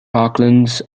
parklands